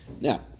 Now